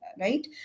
right